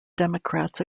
democrats